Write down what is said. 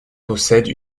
possède